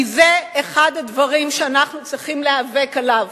כי זה אחד הדברים שאנחנו צריכים להיאבק עליו.